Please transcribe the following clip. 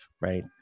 Right